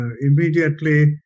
immediately